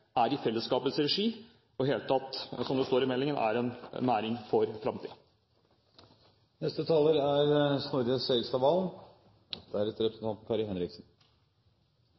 er i fellesskapets regi og i det hele tatt, som det står i meldingen, er «en næring for